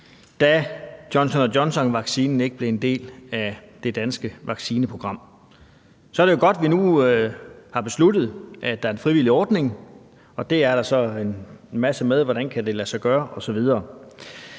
da Johnson & Johnson-vaccinen ikke blev en del af det danske vaccineprogram. Det er jo så godt, at vi nu har besluttet, at der er en frivillig ordning, og det er der så en masse med, altså hvordan det kan lade sig gøre, osv.